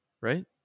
right